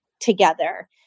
together